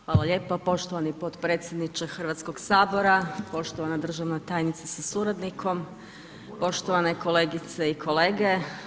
Hvala lijepo poštovani potpredsjedniče Hrvatskog sabora, poštovana državna tajnice sa suradnikom, poštovane kolegice i kolege.